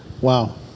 Wow